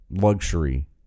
luxury